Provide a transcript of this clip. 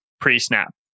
pre-snap